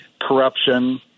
corruption